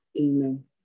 amen